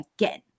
again